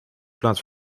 plaats